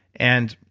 and